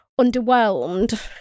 underwhelmed